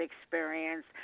experience